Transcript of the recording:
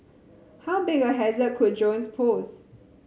how big a hazard could drones pose